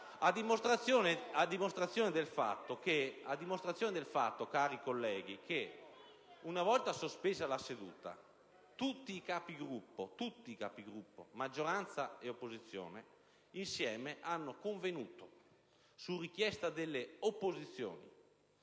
La dimostrazione è nel fatto, cari colleghi, che una volta sospesa la seduta, tutti i Capigruppo, di maggioranza e di opposizione, hanno convenuto insieme, su richiesta delle opposizioni,